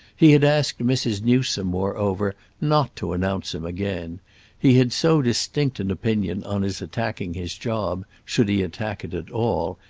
he had asked mrs. newsome moreover not to announce him again he had so distinct an opinion on his attacking his job, should he attack it at all,